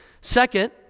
Second